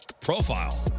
profile